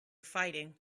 fighting